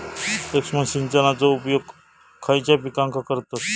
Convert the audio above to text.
सूक्ष्म सिंचनाचो उपयोग खयच्या पिकांका करतत?